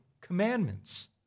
commandments